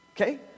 Okay